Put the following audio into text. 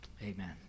amen